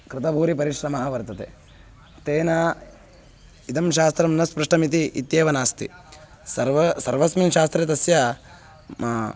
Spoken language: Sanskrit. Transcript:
कृतभूरिपरिश्रमः वर्तते तेन इदं शास्त्रं न स्पृष्टमिति इत्येव नास्ति सर्व सर्वस्मिन् शास्त्रे तस्य